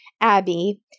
Abby